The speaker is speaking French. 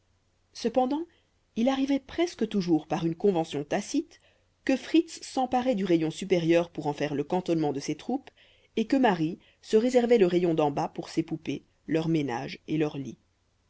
cependant il arrivait presque toujours par une convention tacite que fritz s'emparait du rayon supérieur pour en faire le cantonnement de ses troupes et que marie se réservait le rayon d'en bas pour ses poupées leurs ménages et leurs lits